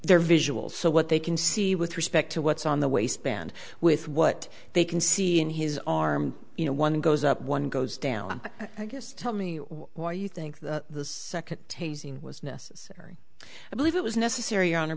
they're visual so what they can see with respect to what's on the waistband with what they can see in his arm you know one goes up one goes down i guess tell me why you think the second tasing was necessary i believe it was necessary